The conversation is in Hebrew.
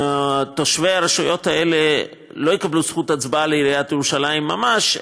שתושבי הרשויות האלה לא יקבלו זכות הצבעה לעיריית ירושלים ממש,